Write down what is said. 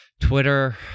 Twitter